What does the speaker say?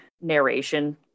narration